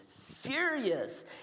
furious